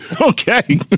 Okay